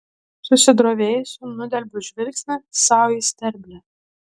susidrovėjusi nudelbiu žvilgsnį sau į sterblę